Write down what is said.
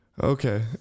Okay